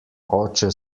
oče